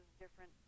different